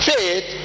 Faith